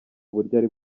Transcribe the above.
buryo